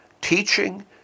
teaching